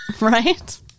Right